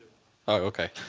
ok.